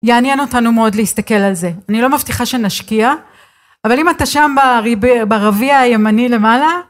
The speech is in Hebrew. יעניין אותנו מאוד להסתכל על זה, אני לא מבטיחה שנשקיע, אבל אם אתה שם ברביע הימני למעלה